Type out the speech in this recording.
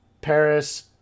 Paris